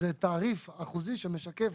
זה תעריף אחוזי שמשקף